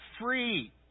free